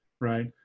right